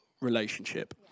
relationship